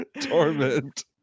torment